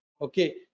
okay